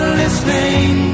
listening